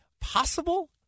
possible